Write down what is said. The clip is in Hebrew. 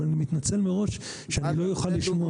אבל אני מתנצל מראש שאני לא אוכל לשמוע